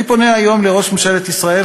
אני פונה היום לראש ממשלת ישראל,